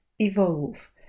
evolve